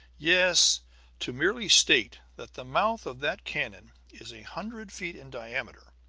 yes to merely state that the mouth of that cannon is a hundred feet in diameter,